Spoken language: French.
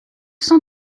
cent